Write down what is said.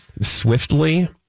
swiftly